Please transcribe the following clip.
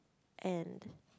and